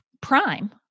prime